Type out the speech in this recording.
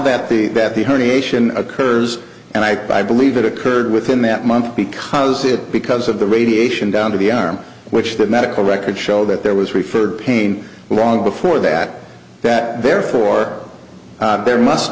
that the that the herniation occurs and i believe it occurred within that month because it because of the radiation down to the arm which medical records show that there was referred pain long before that that therefore there must